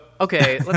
okay